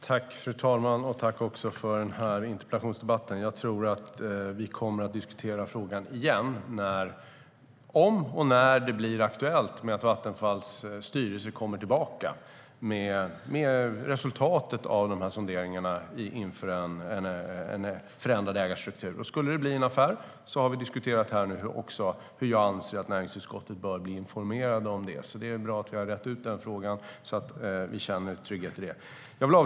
Fru talman! Jag tackar för interpellationsdebatten. Jag tror att vi kommer att diskutera frågan igen om och när det blir aktuellt att Vattenfalls styrelse kommer tillbaka med resultatet av sonderingarna inför en förändrad ägarstruktur. Vi har nu diskuterat hur jag anser att näringsutskottet bör informeras om det skulle bli en affär. Det är bra att vi har rett ut den frågan och känner trygghet i det.